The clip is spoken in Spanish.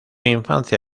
infancia